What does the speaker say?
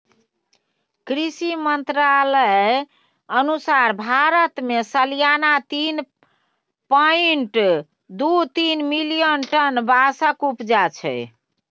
कृषि मंत्रालयक अनुसार भारत मे सलियाना तीन पाँइट दु तीन मिलियन टन बाँसक उपजा छै